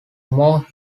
more